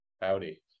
Howdy